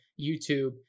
YouTube